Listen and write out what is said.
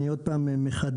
אני עוד פעם מחדד,